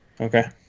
Okay